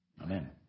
Amen